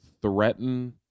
threaten